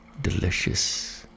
Delicious